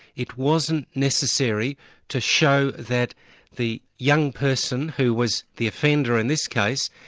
it wasn't necessary to show that the young person, who was the offender in this case,